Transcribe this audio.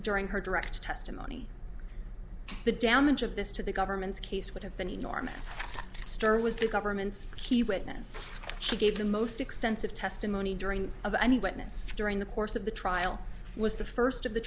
during her direct testimony the damage of this to the government's case would have been enormous stirrer was the government's key witness she gave the most extensive testimony during of any witness during the course of the trial was the first of the